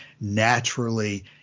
naturally